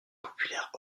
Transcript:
populaire